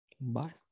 Bye